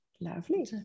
Lovely